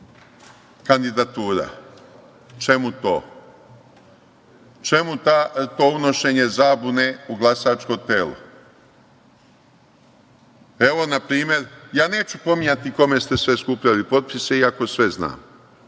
kandidatura. Čemu to? Čemu to unošenje zabune u glasačko telo? Na primer, ja neću pominjati kome ste sve skupljali potpise, iako sve znam,